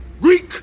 Greek